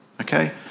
okay